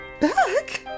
Back